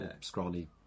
scrawny